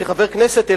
כחבר כנסת,